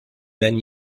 then